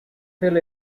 fill